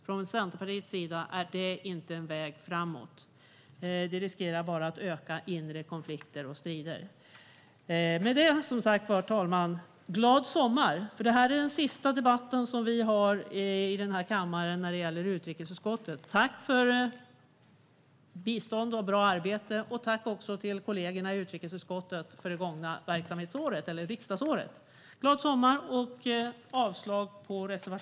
Från Centerpartiets sida tycker vi inte att det är en väg framåt. Det riskerar bara att öka inre konflikter och strider. Herr talman! Glad sommar! Det här är den sista debatten som utrikesutskottet har i kammaren under detta riksmöte. Tack för bistånd och bra arbete! Jag säger också tack till kollegorna i utrikesutskottet för det gångna riksdagsåret.